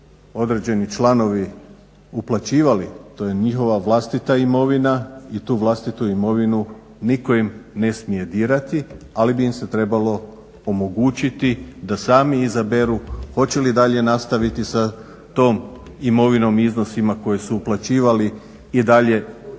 određeni članovi uplaćivali to je njihova vlastita imovina i tu vlastitu imovinu nitko im ne smije dirati, ali bi im se trebalo omogućiti da sami izaberu hoće li dalje nastaviti sa tom imovinom i iznosima koje su uplaćivali i dalje štediti